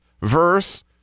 verse